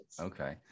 Okay